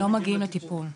לא מגיעים לטיפול,